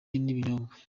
n’ibinyobwa